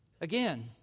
again